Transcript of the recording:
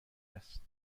است